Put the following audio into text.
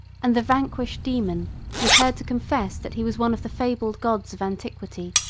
and the vanquished daemon was heard to confess that he was one of the fabled gods of antiquity,